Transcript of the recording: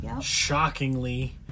shockingly